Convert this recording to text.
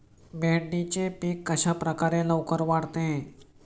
भेंडीचे पीक कशाप्रकारे लवकर वाढते?